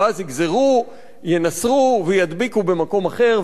ואז יגזרו, ינסרו וידביקו במקום אחר.